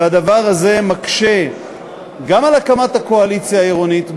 והדבר הזה מקשה גם את הקמת הקואליציה העירונית,